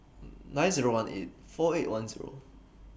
nine Zero one eight four eight one Zero